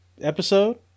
episode